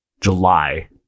July